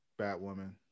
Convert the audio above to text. batwoman